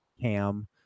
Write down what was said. cam